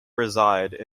reside